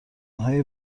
های